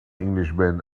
englishman